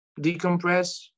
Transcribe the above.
decompress